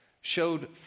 showed